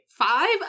Five